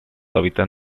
hábitat